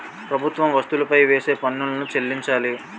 ప్రభుత్వం వస్తువులపై వేసే పన్నులను చెల్లించాలి